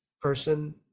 person